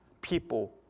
people